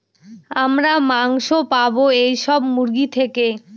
আমরা মাংস পাবো এইসব মুরগি থেকে